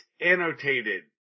annotated